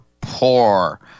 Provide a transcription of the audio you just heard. poor